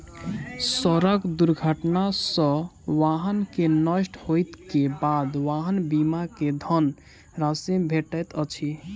सड़क दुर्घटना सॅ वाहन के नष्ट होइ के बाद वाहन बीमा के धन राशि भेटैत अछि